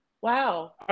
Wow